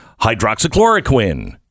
hydroxychloroquine